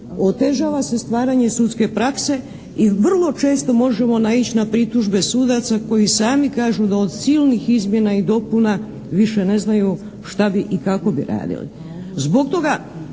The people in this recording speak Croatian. Otežava se stvaranje sudske prakse i vrlo često možemo naići na pritužbe sudaca koji sami kažu da od silnih izmjena i dopuna više ne znaju šta bi i kako bi radili? Zbog toga